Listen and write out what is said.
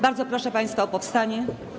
Bardzo proszę państwa o powstanie.